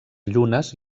llunes